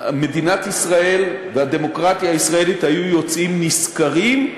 מדינת ישראל והדמוקרטיה הישראלית היו יוצאות נשכרות.